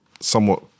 somewhat